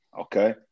okay